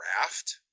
Raft